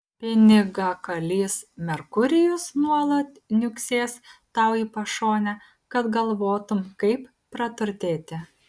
pinigakalys merkurijus nuolat niuksės tau į pašonę kad galvotum kaip praturtėti